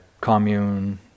commune